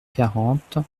quarante